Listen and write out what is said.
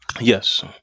yes